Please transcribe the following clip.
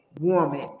woman